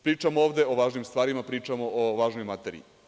Pričamo ovde o važnim stvarima, pričamo o važnoj materiji.